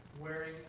wearing